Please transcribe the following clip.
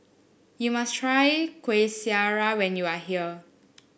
you must try Kueh Syara when you are here